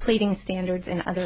pleading standards in other